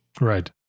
Right